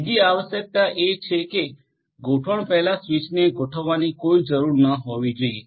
બીજી આવશ્યકતા એ છે કે ગોઠવણ પહેલાં સ્વીચને ગોઠવવાની કોઈ જરૂર ન હોવી જોઈએ